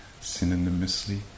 synonymously